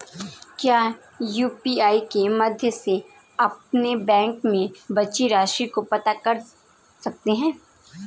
क्या यू.पी.आई के माध्यम से अपने बैंक में बची राशि को पता कर सकते हैं?